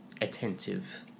attentive